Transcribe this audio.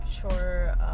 sure